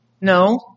No